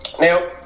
Now